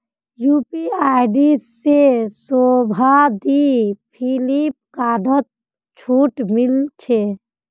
UPI से शोभा दी फिलिपकार्टत छूट मिले छे